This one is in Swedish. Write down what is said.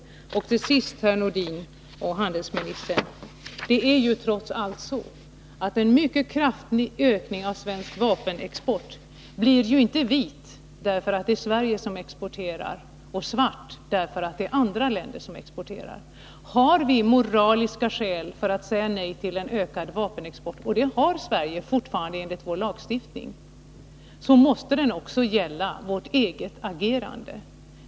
Till sist vill jag till herr Nordin och handelsministern säga att en mycket kraftig ökning av vapenexporten inte blir vit om det är Sverige som exporterar och svart om det är andra länder som exporterar. Har vi moraliska skäl att säga nej till en ökad vapenexport — och det har Sverige, fortfarande enligt vår lagstiftning — måste de också gälla vårt eget agerande.